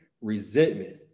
resentment